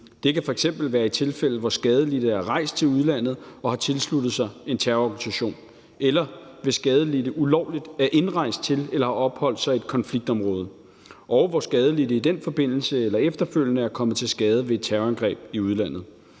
Det kan f.eks. være i tilfælde, hvor skadelidte er rejst til udlandet og har tilsluttet sig en terrororganisation, eller hvis skadelidte ulovligt er indrejst til eller har opholdt sig i et konfliktområde, og hvor skadelidte i den forbindelse eller efterfølgende i udlandet er kommet til skade ved et terrorangreb. Regeringen